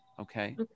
Okay